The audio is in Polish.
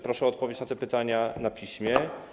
Proszę o odpowiedź na te pytania na piśmie.